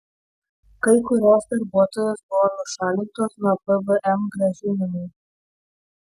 kai kurios darbuotojos buvo nušalintos nuo pvm grąžinimų